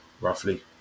roughly